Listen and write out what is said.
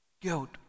Guilt